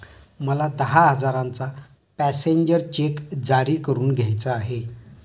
मला दहा हजारांचा पॅसेंजर चेक जारी करून घ्यायचा आहे